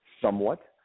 somewhat